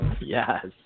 Yes